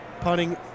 punting